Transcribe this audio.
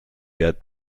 yet